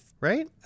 Right